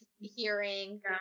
hearing